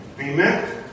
amen